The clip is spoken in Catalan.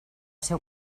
seu